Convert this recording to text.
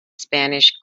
spanish